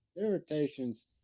irritations